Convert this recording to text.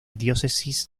diócesis